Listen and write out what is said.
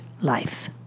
life